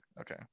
okay